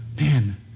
man